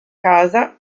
casa